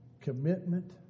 commitment